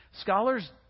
scholars